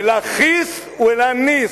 ו"לא חיס ולא ניס",